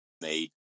made